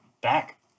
back